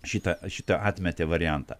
šitą šitą atmetė variantą